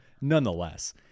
nonetheless